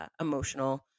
emotional